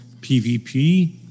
PvP